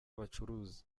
bacuruza